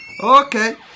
Okay